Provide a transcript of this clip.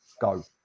Go